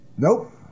Nope